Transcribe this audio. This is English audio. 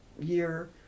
year